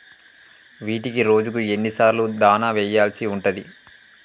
వీటికి రోజుకు ఎన్ని సార్లు దాణా వెయ్యాల్సి ఉంటది?